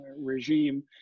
regime